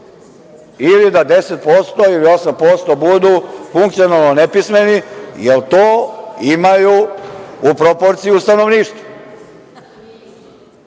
ili da 10%, ili 8% budu funkcionalno nepismeni, jer to imaju u proporciju stanovništva?